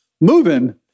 moving